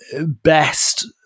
best